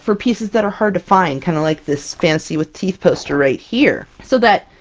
for pieces that are hard to find, kind of like this fantasy with teeth poster right here, so that,